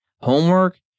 homework